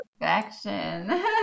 perfection